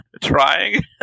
trying